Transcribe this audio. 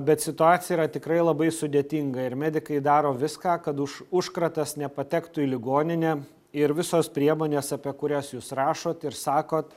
bet situacija yra tikrai labai sudėtinga ir medikai daro viską kad užkratas nepatektų į ligoninę ir visos priemonės apie kurias jūs rašot ir sakot